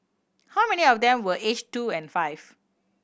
how many of them were aged two and five